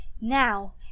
now